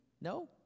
No